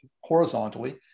horizontally